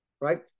right